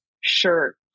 shirt